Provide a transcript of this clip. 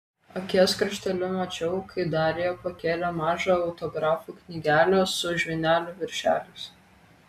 akies krašteliu mačiau kai darija pakėlė mažą autografų knygelę su žvynelių viršeliais